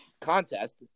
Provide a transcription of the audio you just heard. Contest